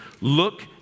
look